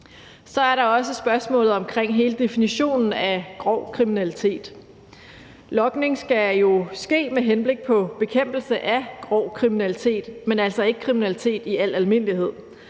er der spørgsmålet om hele definitionen af grov kriminalitet. Logning skal jo ske med henblik på bekæmpelse af grov kriminalitet, men altså ikke kriminalitet i al almindelighed.